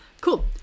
Cool